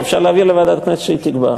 אפשר להעביר לוועדת הכנסת שהיא תקבע.